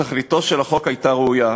תכליתו של החוק הייתה ראויה,